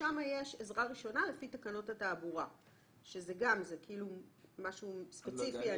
שם יש עזרה ראשונה לפי תקנות התעבורה שאני מבינה שזה משהו ספציפי.